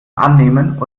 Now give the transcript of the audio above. annehmen